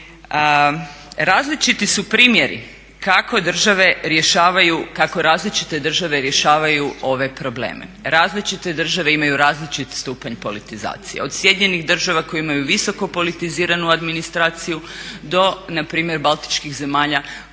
Različiti su primjeri kako različite države rješavaju ove probleme. Različite države imaju različit stupanj politizacije. Od SAD-a koje imaju visoko politiziranu administraciju do npr. baltičkih zemalja